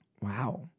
Wow